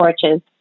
torches